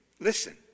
Listen